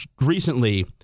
recently